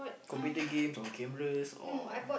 computer games or cameras or